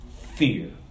fear